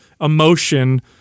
emotion